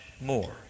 more